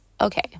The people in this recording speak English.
Okay